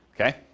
okay